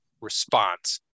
response